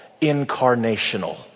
incarnational